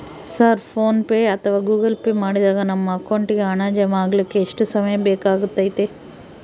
Sir PhonePe ಅಥವಾ Google Pay ಮಾಡಿದಾಗ ನಮ್ಮ ಅಕೌಂಟಿಗೆ ಹಣ ಜಮಾ ಆಗಲಿಕ್ಕೆ ಎಷ್ಟು ಸಮಯ ಬೇಕಾಗತೈತಿ?